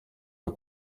are